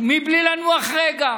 בלי לנוח רגע